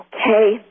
okay